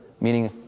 meaning